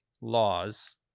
laws